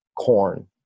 corn